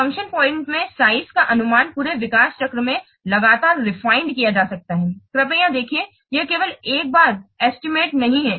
function point में size का अनुमान पूरे विकास चक्र में लगातार रिफाइंड किया जा सकता है कृपया देखें कि यह केवल एक बार ही एस्टीमेट नहीं है